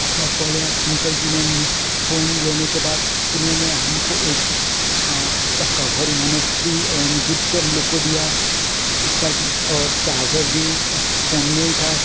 shop वाले uncle ji ने phone लेने के बाद उन्होंने हमको एक उसका कभर उन्होंने फ्री गिफ्ट हम लोग को दिया उसका और चार्जर भी उस फोन में ही था